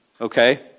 Okay